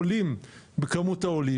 עולים בכמות העולים,